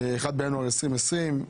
1 בינואר 2020,